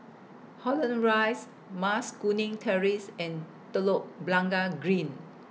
Holland Rise Mas Kuning Terrace and Telok Blangah Green